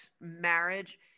marriage